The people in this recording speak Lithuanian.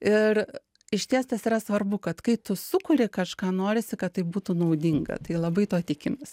ir išties tas yra svarbu kad kai tu sukuri kažką norisi kad tai būtų naudinga tai labai to tikimės